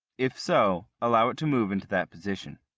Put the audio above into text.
if so, allow it to move into that position.